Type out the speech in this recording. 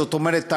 זאת אומרת,